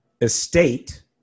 estate